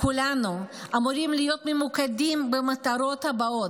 כולנו אמורים להיות ממוקדים במטרות עיקריות: